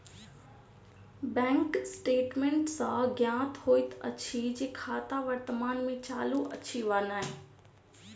bank statement सॅ ज्ञात होइत अछि जे खाता वर्तमान मे चालू अछि वा नै